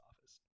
office